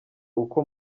uko